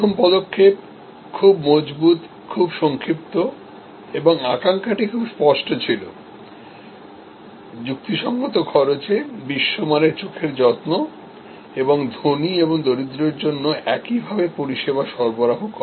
প্রথম পদক্ষেপ খুব মজবুত খুব সংক্ষিপ্ত এবং আকাঙ্ক্ষাটি খুব স্পষ্ট ছিল যুক্তিসঙ্গত খরচে বিশ্বমানের চোখের যত্ন এবং ধনী ও দরিদ্রদের জন্য একইভাবে পরিষেবা সরবরাহ করা